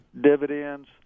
dividends